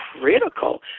critical